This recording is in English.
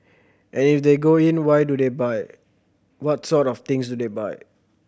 and if they go in why do they buy what sort of things do they buy